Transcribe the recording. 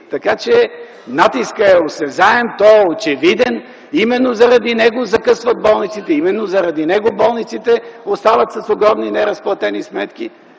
Така че натискът е осезаем, той е очевиден. Именно заради него закъсват болниците, именно заради него болниците остават с огромни неразплатени сметки.